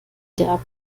der